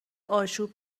آشوب